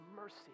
mercy